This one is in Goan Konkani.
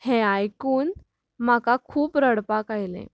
हे आयकून म्हाका खूब रडपाक आयलें